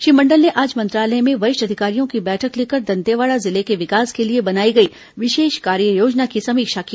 श्री मंडल ने आज मंत्रालय में वरिष्ठ अधिकारियों की बैठक लेकर दंतेवाड़ा जिले के विकास के लिए बनाई गई विशेष कार्ययोजना की समीक्षा की